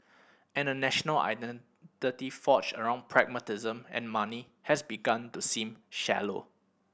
and a national identity forged around pragmatism and money has begun to seem shallow